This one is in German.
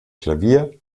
klavier